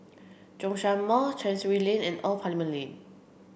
Zhongshan Mall Chancery Lane and Old Parliament Lane